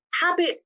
habit